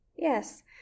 Yes